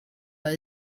but